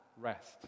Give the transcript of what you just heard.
rest